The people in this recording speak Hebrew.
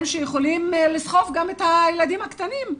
שיכולים לסחוב גם את הילדים הקטנים,